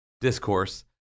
discourse